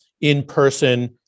in-person